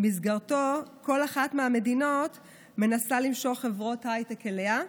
שבמסגרתו כל אחת מנסה למשוך חברות הייטק אליה,